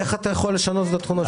איך אתה יכול לשנות את התכונות שלו?